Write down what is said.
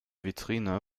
vitrine